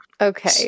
Okay